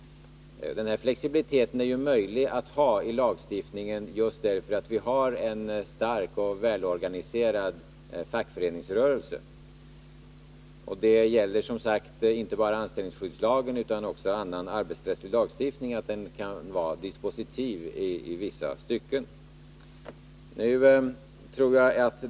Denna flexibilitet i lagstiftningen är möjlig därför att vi har en stark och välorganiserad fackföreningsrörelse. Som tidigare sagts är inte bara anställningsskyddslagen utan också annan arbetsrättslig lagstiftning dispositiv i vissa stycken.